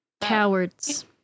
Cowards